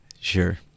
Sure